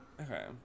Okay